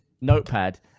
Notepad